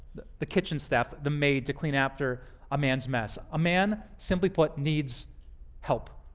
the the kitchen staff, the maid to clean after a man's mess. a man, simply put, needs help.